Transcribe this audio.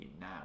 now